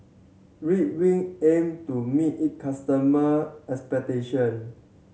Ridwind aim to meet it customer expectation